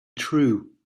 true